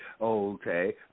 okay